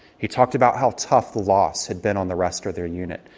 he talked about how tough the loss had been on the rest of their unit,